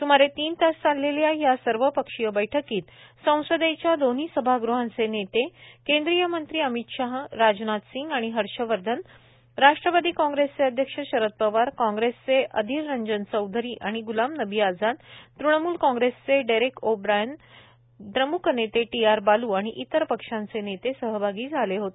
सुमारे तीन तास चाललेल्या या सर्वपक्षीय बैठकीत संसदेच्या दोन्ही सभागृहांचे नेते केंद्रीय मंत्री अमित शहा राजनाथ सिंग आणि हर्षवर्धन राष्ट्रवादी काँग्रेसचे अध्यक्ष शरद पवार काँग्रेसचे अधिर रंजन चौधरी आणि गुलाम नबी आझाद तृणमूल काँग्रेसचे डेरेक ओ ब्रायन द्रमुक नेते टी आर बालू आणि इतर पक्षांचे नेते सहभागी झाले होते